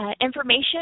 information